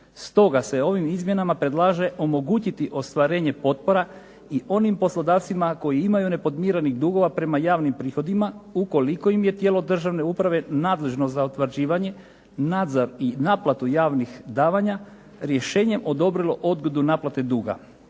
Stoga se ovim izmjenama predlaže omogućiti ostvarenje potpora i onim poslodavcima koji imaju nepodmirenih dugova prema javnim prihodima ukoliko im je tijelo državne uprave nadležno za utvrđivanje i naplatu javnih davanja rješenjem odobrilo odgodu naplate duga,